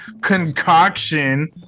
concoction